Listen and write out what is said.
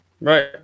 Right